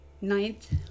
ninth